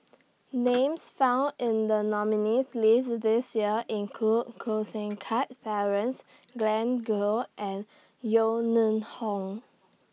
Names found in The nominees' list This Year include Koh Seng Kiat Glen Goei and Yeo Neng Hong